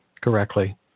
correctly